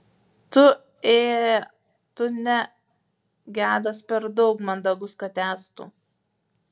tu ė tu ne gedas per daug mandagus kad tęstų